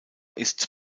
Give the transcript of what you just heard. ist